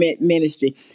ministry